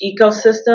ecosystem